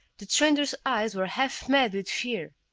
the stranger's eyes were half-mad with fear.